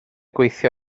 gweithio